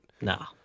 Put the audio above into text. No